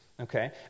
Okay